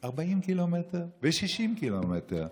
ל-40 קילומטר ול-60 קילומטר?